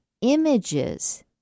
images